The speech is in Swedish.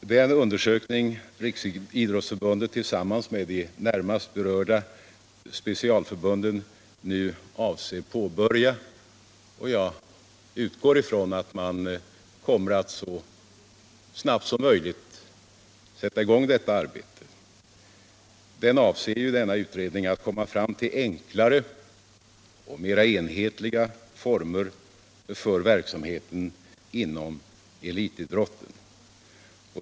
Den undersökning som Riksidrottsförbundet tillsammans med de närmast berörda specialförbunden nu skall påbörja — jag utgår från att man kommer att sätta i gång detta arbete så snabbt som möjligt — avser att komma fram till enklare och mer enhetliga former för verksamheten inom elitidrotten.